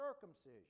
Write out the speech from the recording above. circumcision